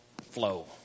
flow